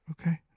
Okay